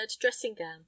dressing-gown